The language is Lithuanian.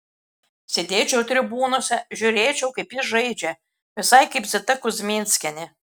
sėdėčiau tribūnose žiūrėčiau kaip jis žaidžia visai kaip zita kuzminskienė